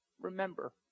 remember